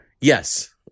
Yes